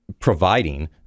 providing